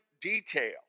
detail